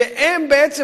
שהם בעצם,